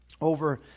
Over